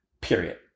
period